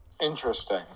Interesting